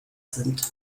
sind